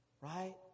right